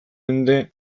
mende